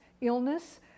illness